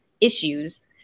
issues